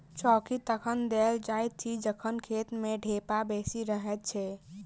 चौकी तखन देल जाइत अछि जखन खेत मे ढेपा बेसी रहैत छै